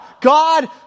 God